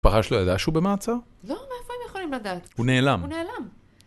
פרש לא ידע שהוא במעצר? לא, מאיפה הם יכולים לדעת? הוא נעלם. הוא נעלם.